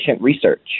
research